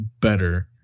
better